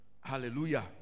Hallelujah